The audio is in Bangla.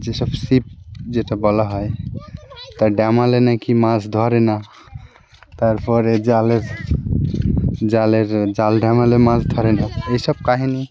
যে সব ছিপ যেটা বলা হয় তা নাকি মাছ ধরে না তার পরে জালের জালের জাল মাছ ধরে না এই সব কাহিনি